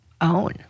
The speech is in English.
own